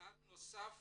צעד נוסף